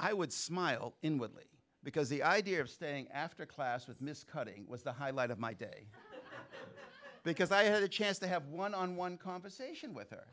i would smile inwardly because the idea of staying after class with miss cutting was the highlight of my day because i had a chance to have one on one conversation with her